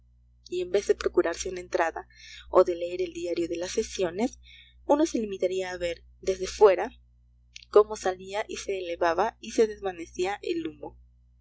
y en vez de procurarse una entrada o de leer el diario de las sesiones uno se limitaría a ver desde fuera cómo salía y se elevaba y se desvanecía el humo